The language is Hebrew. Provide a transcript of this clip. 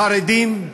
החרדים,